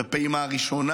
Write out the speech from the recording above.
בפעימה הראשונה,